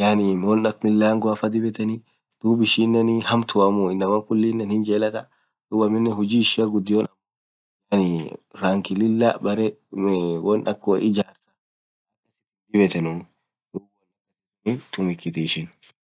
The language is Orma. yaani won akhaa milangoafaa dhibetheni dhub ishinen hamtuamuuu inamaa khuliiinen hinjelathaa dhub aminen huji ishian ghudion ammo yaani rangi lilah berre Mee won akhaa woijarethenu dhibethenu miin garkhasinen hinthumikithi